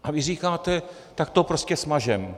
A vy říkáte: Tak to prostě smažeme.